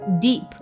deep